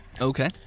Okay